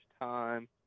time